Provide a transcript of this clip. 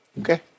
Okay